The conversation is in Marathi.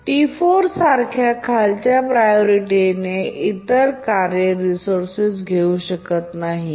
T4 सारख्या खालच्या प्रायोरिटीने कार्य इतर रिसोर्स घेऊ शकत नाहीत